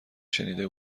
شنیده